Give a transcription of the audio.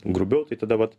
grubiau tai tada vat